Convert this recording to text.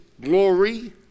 glory